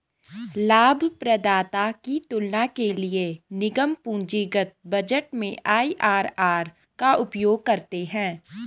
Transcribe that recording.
लाभप्रदाता की तुलना के लिए निगम पूंजीगत बजट में आई.आर.आर का उपयोग करते हैं